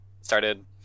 started